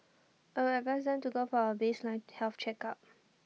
I would advise them to go for A baseline health check